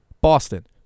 Boston